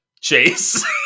chase